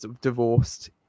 divorced